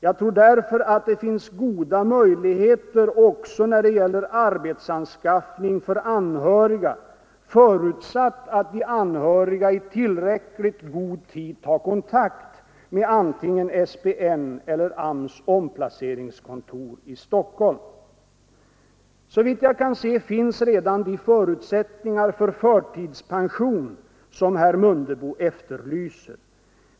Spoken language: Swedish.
Jag tror därför att det finns goda möjligheter också när det gäller arbetsanskaffning för anhöriga, förutsatt att de anhöriga i tillräckligt god tid tar kontakt med antingen SPN eller AMS:s omplaceringskontor i Stockholm. Såvitt jag kan se finns redan de förutsättningar för förtidspension som herr Mundebo efterlyser.